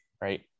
right